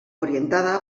orientada